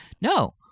No